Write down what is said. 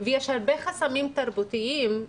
ויש הרבה חסמים תרבותיים,